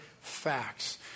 facts